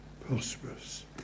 prosperous